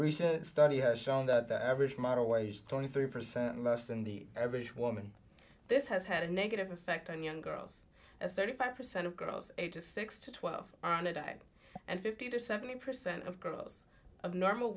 recent study has shown that the average amount of waste twenty three percent less than the average woman this has had a negative effect on young girls as thirty five percent of girls ages six to twelve on a diet and fifty to seventy percent of girls of normal